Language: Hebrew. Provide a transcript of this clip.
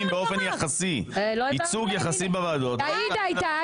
באופן יחסי ייצוג יחסי בוועדות --- עאידה הייתה.